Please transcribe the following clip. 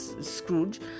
scrooge